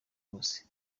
bose